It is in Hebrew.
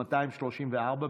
בבקשה.